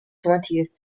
twentieth